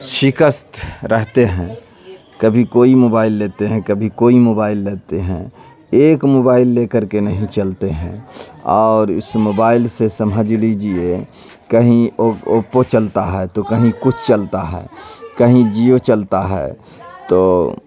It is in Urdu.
شکست رہتے ہیں کبھی کوئی موبائل لیتے ہیں کبھی کوئی موبائل لیتے ہیں ایک موبائل لے کر کے نہیں چلتے ہیں اور اس موبائل سے سمجھ لیجیے کہیں اوپو چلتا ہے تو کہیں کچھ چلتا ہے کہیں جیو چلتا ہے تو